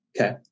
Okay